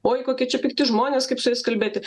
oi kokie čia pikti žmonės kaip su jais kalbėti